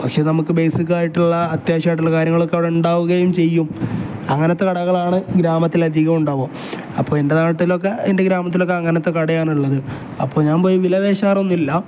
പക്ഷെ നമുക്ക് ബേസിക്കായിട്ടുള്ള അത്യാവശ്യമായിട്ടുള്ള കാര്യങ്ങളൊക്കെ അവിടെ ഉണ്ടാവുകയും ചെയ്യും അങ്ങനത്തെ കടകളാണ് ഗ്രാമത്തില അധികവും ഉണ്ടാവുക അപ്പം എൻ്റെ നാട്ടിലൊക്കെ എൻ്റെ ഗ്രാമത്തിലൊക്കെ അങ്ങനത്തെ കടയാണ് ഉള്ളത് അപ്പം ഞാൻ പോയി വിലപേശാറൊന്നുമില്ല